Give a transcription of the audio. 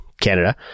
Canada